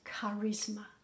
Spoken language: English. charisma